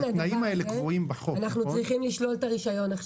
הדבר הזה אנחנו צריכים לשלול את הרישיון.